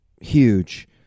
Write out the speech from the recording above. huge